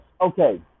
okay